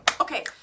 okay